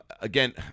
again